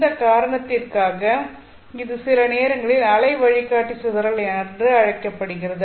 இந்த காரணத்திற்காக இது சில நேரங்களில் அலை வழிகாட்டி சிதறல் என்று அழைக்கப்படுகிறது